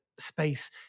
space